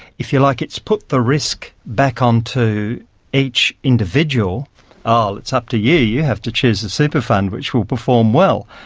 if you like, it's put the risk back on to each individual oh, it's up to you, you have to choose the super fund which will perform well,